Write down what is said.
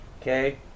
okay